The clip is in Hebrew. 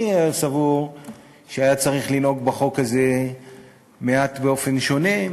אני סבור שהיה צריך לנהוג בחוק הזה באופן מעט שונה,